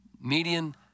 Median